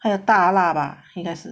还有大辣吧应该是